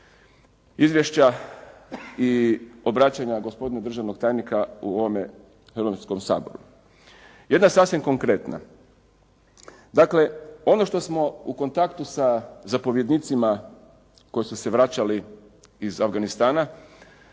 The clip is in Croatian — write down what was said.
izvješća i obraćanja gospodina državnog tajnika u ovome Hrvatskom saboru. Jedna sasvim konkretna, dakle ono što smo u kontaktu sa zapovjednicima koji su se vraćali iz Afganistana